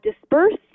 dispersed